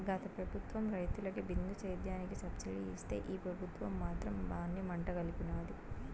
గత పెబుత్వం రైతులకి బిందు సేద్యానికి సబ్సిడీ ఇస్తే ఈ పెబుత్వం మాత్రం దాన్ని మంట గల్పినాది